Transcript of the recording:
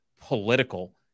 political